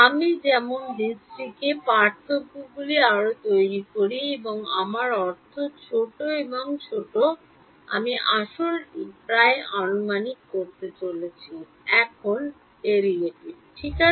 আমি যেমন ডিসটিকে পার্থক্যগুলি আরও তৈরি করি এবং আমার অর্থ ছোট এবং ছোট আমি আসলটি প্রায় আনুমানিক করতে চলেছি এখন ডেরাইভেটিভ ঠিক আছে